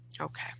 Okay